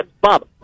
Bob